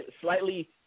slightly